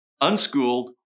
unschooled